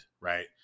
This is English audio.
Right